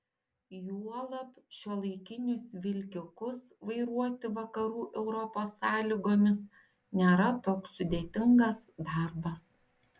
juolab šiuolaikinius vilkikus vairuoti vakarų europos sąlygomis nėra toks sudėtingas darbas